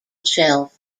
shelf